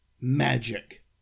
magic